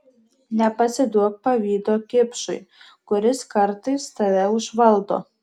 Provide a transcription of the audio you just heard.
nepasiduok pavydo kipšui kuris kartais tave užvaldo